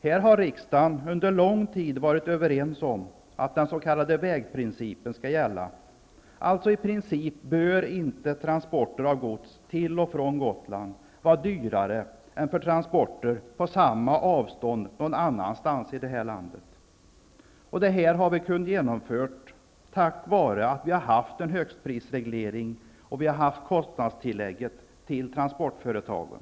Här har riksdagen under lång tid varit överens om att den s.k. vägprincipen skall gälla, dvs. att transporter till och från Gotland i princip inte bör vara dyrare än transporter på samma avstånd någon annanstans i landet. Detta har vi kunnat genomföra tack vare högstprisregleringen och Gotlandstillägget till transportföretagen.